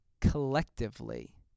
collectively